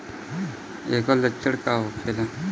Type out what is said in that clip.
ऐकर लक्षण का होखेला?